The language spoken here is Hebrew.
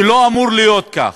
זה לא אמור להיות כך.